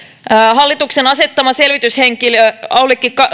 hallituksen asettama selvityshenkilö aulikki